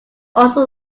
also